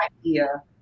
idea